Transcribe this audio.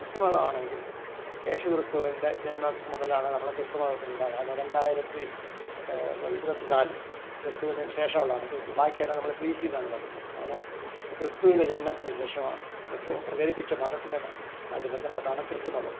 ക്രിസ്തുമതമാണെങ്കില് യേശു ക്രിസ്തുവിന്റെ ജന്മം മുതലാണ് നമ്മുടെ ക്രിസ്തു മതത്തിനുണ്ടാകുക അതിനെ രണ്ടായിരത്തി ഇരുപത്തിനാലില് ക്രിസ്തുവിനു ശേഷമുള്ളതാണ് ബാക്കിയെല്ലാം നമ്മൾ ബിസിയെന്നാണു പറയുന്നത് അങ്ങനെ ക്രിസ്തുവിന്റെ ജനനത്തിനു ശേഷം ക്രിസ്തു പ്രചരിപ്പിച്ച മതത്തിൻ്റെ ആയിട്ട് ബന്ധപ്പെട്ടാണ് ക്രിസ്തുമതം